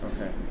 Okay